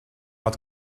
not